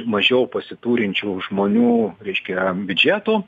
mažiau pasiturinčių žmonių reiškia biudžeto